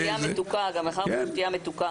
גם שתייה מתוקה.